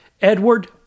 Edward